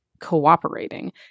cooperating